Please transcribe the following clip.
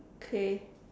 okay